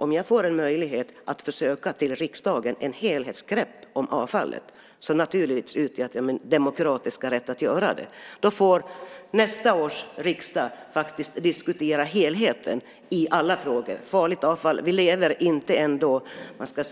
Om jag får en möjlighet att inför riksdagen försöka ta ett helhetsgrepp om avfallet, så naturligtvis utnyttjar jag min demokratiska rätt att göra det. Då får nästa års riksmöte diskutera helheten i alla frågor om farligt avfall. Vi lever inte